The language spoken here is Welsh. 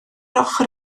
ochr